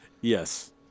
Yes